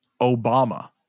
Obama